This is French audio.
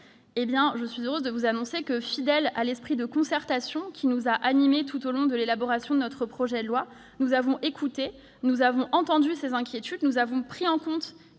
Je suis heureuse de vous annoncer que, fidèles à l'esprit de concertation qui nous a animés tout au long de l'élaboration de notre projet de loi, nous avons écouté et entendu ces inquiétudes pour finalement prendre en compte